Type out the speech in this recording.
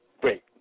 Great